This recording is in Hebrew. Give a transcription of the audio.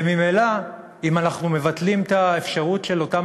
וממילא אם אנחנו מבטלים את האפשרות של אותם